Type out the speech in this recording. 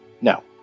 No